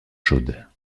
chaude